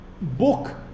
book